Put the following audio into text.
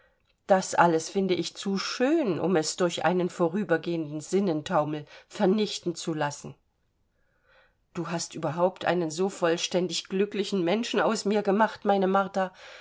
das alles finde ich zu schön um es durch einen vorübergehenden sinnentaumel vernichten zu lassen du hast überhaupt einen so vollständig glücklichen menschen aus mir gemacht meine martha